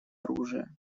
оружия